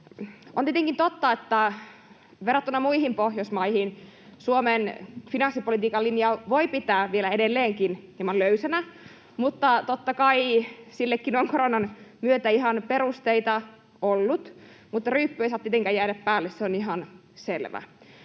On tietenkin totta, että verrattuna muihin Pohjoismaihin Suomen finanssipolitiikan linjaa voi pitää vielä edelleenkin hieman löysänä, ja totta kai sillekin on koronan myötä ihan perusteita ollut, mutta ryyppy ei saa tietenkään jäädä päälle. Se on ihan selvä.